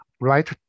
right